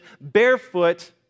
barefoot